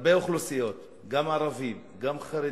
הרבה אוכלוסיות, גם ערבים, גם חרדים,